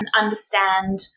understand